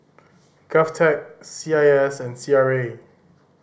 GovTech C I S and C R A